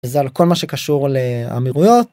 זה על כל מה שקשור לאמירויות.